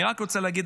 אני רק רוצה להגיד,